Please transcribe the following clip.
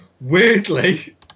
weirdly